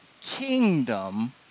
kingdom